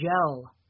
gel